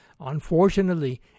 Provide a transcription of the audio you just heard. Unfortunately